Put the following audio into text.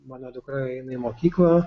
mano dukra eina į mokyklą